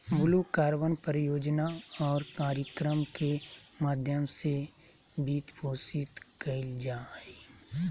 blue carbon परियोजना और कार्यक्रम के माध्यम से वित्तपोषित कइल जा हइ